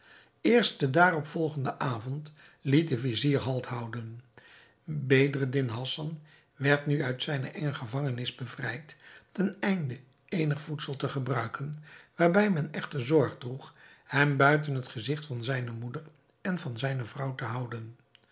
den daarop volgenden avond liet de vizier halt houden bedreddin hassan werd nu uit zijne enge gevangenis bevrijd ten einde eenig voedsel te gebruiken waarbij men echter zorg droeg hem buiten het gezigt van zijne moeder en van zijne vrouw te houden